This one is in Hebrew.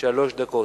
שלוש דקות.